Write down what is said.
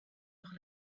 par